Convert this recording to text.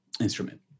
instrument